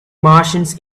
martians